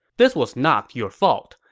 this was not your fault.